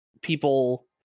people